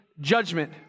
judgment